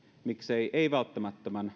miksei maakuntarajan ei välttämättömän